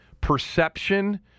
perception